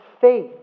faith